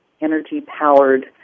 energy-powered